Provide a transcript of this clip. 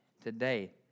today